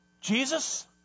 Jesus